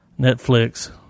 Netflix